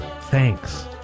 Thanks